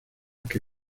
que